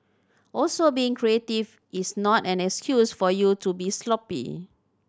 also being creative is not an excuse for you to be sloppy